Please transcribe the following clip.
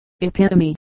epitome